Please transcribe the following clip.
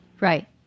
Right